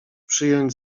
przyjąć